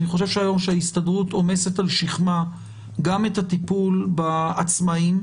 אני חושב שההסתדרות עומסת על שכמה גם את הטיפול בעצמאים.